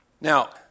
Now